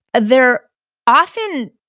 they're often